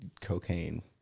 Cocaine